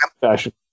fashion